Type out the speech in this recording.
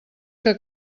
que